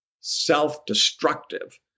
self-destructive